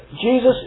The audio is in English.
Jesus